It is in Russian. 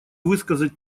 высказать